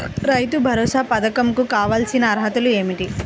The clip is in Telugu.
రైతు భరోసా పధకం కు కావాల్సిన అర్హతలు ఏమిటి?